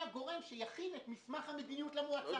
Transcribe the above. הגורם שיכין את מסמך המדיניות למועצה.